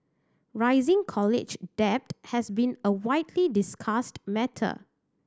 rising college debt has been a widely discussed matter